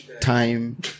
time